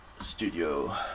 studio